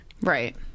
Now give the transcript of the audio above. right